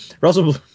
Russell